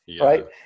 Right